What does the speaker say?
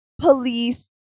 police